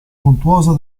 montuosa